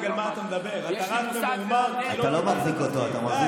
אתה רק